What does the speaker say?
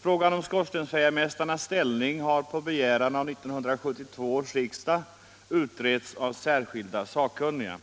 Frågan om skorstensfejarmästarnas ställning har på begäran av 1972 års riksdag utretts av särskilda sakkunniga.